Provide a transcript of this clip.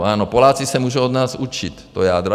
Ano, Poláci se můžou od nás učit to jádro.